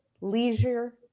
leisure